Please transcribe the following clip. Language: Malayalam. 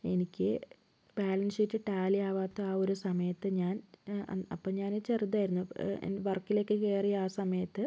എനിക്ക് ബാലൻസ് ഷീറ്റ് റ്റാലി ആവാത്ത ആ ഒരു സമയത്ത് ഞാൻ അപ്പം ഞാന് ചെറുതായിരുന്നു വർക്കിലേക്ക് കയറിയ ആ സമയത്ത്